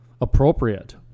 appropriate